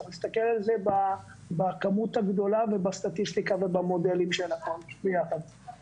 צריך להסתכל על זה בכמות הגדולה ובסטטיסטיקה ובמודלים של כולם ביחד.